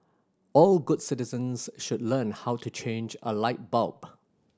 all good citizens should learn how to change a light bulb